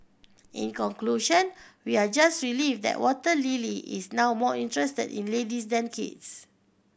in conclusion we are just relieved that Water Lily is now more interested in ladies than kids